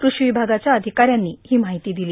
कृषिविभागाच्या अधिकाऱ्यांनी ही माहिती दिली